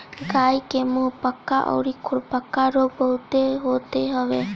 गाई के मुंहपका अउरी खुरपका रोग बहुते होते हवे